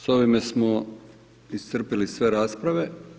S ovime smo iscrpili sve rasprave.